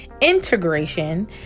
integration